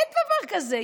אין דבר כזה.